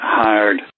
hired